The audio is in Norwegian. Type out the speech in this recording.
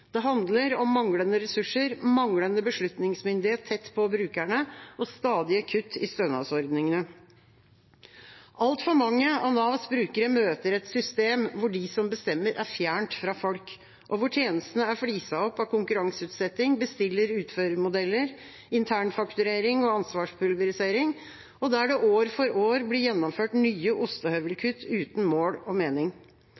Det handler om manglende ressurser, manglende beslutningsmyndighet tett på brukerne og stadige kutt i stønadsordningene. Altfor mange av Navs brukere møter et system der de som bestemmer, er fjernt fra folk, og der tjenestene er fliset opp av konkurranseutsetting, bestiller-utfører-modeller, internfakturering og ansvarspulverisering, og der det år for år blir gjennomført nye